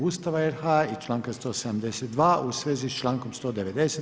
Ustava RH i članka 172. u svezi s člankom 190.